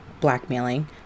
blackmailing